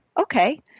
okay